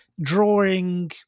drawing